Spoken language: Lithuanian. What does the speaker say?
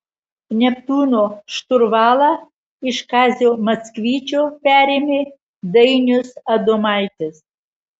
neptūno šturvalą iš kazio maksvyčio perėmė dainius adomaitis